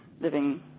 living